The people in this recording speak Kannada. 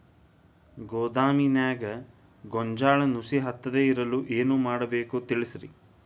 ಗೋದಾಮಿನ್ಯಾಗ ಗೋಂಜಾಳ ನುಸಿ ಹತ್ತದೇ ಇರಲು ಏನು ಮಾಡಬೇಕು ತಿಳಸ್ರಿ